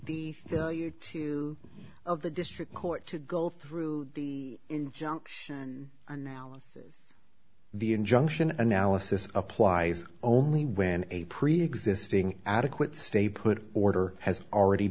the value to of the district court to go through the injunction analysis the injunction analysis applies only when a preexisting adequate stay put order has already